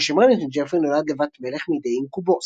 הרי שמרלין של ג'פרי נולד לבת-מלך מידי אינקובוס.